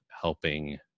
helping